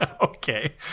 Okay